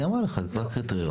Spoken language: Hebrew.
אז היא אמרה לך, קבע קריטריונים.